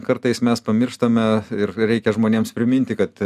kartais mes pamirštame ir reikia žmonėms priminti kad